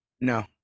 No